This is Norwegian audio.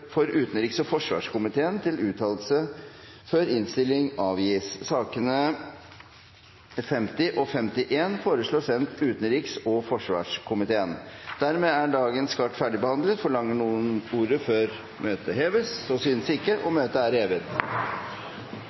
for behandling i et senere møte. Dermed er dagens kart ferdigbehandlet. Forlanger noen ordet før møtet heves? – Møtet er hevet.